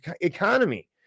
economy